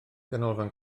ganolfan